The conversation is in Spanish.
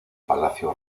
palacio